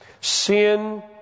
Sin